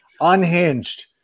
Unhinged